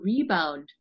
rebound